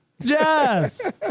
Yes